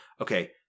okay